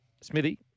smithy